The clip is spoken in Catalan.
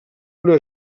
una